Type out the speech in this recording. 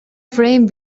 frame